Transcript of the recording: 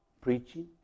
preaching